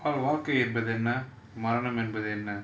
வாழ்க்கை என்பதென்ன மரணம் என்பது என்ன:vaalkai enbathu enna maranam enbathu enna